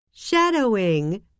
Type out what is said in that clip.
shadowing